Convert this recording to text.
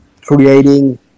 creating